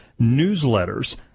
newsletters